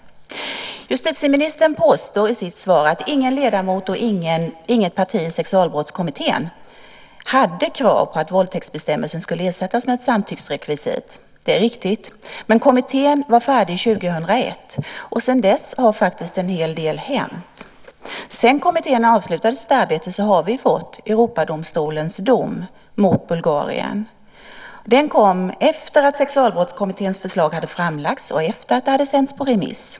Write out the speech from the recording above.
Justitieministern påstår i sitt svar att ingen ledamot och inget parti i Sexualbrottskommittén hade krav på att våldtäktsbestämmelsen skulle ersättas med ett samtyckesrekvisit. Det är riktigt, men kommittén var färdig 2001, och sedan dess har faktiskt en hel del hänt. Sedan kommittén avslutade sitt arbete har vi fått Europadomstolens dom mot Bulgarien. Den kom efter att Sexualbrottskommitténs förslag hade lags fram och efter att det hade sänts på remiss.